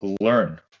learn